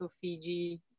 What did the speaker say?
Fiji